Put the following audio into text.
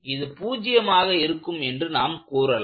இது 0 ஆக இருக்கும் என்று நாம் கூறலாம்